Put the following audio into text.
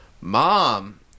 Mom